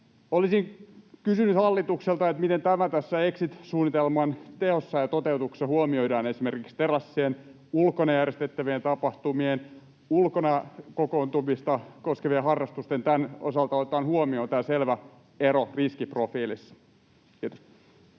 Olisin kysynyt hallitukselta, miten tämä huomioidaan tässä exit-suunnitelman teossa ja toteutuksessa, miten esimerkiksi terassien, ulkona järjestettävien tapahtumien tai ulkona kokoontumista koskevien harrastusten osalta otetaan huomioon tämä selvä ero riskiprofiilissa. — Kiitos.